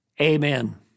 Amen